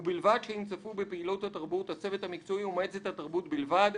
ובלבד שאם צפו בפעילות התרבות הצוות המקצועי ומועצת התרבות בלבד,